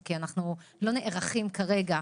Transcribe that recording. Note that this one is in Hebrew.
כי אנחנו לא נערכים כרגע.